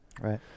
right